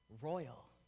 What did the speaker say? royal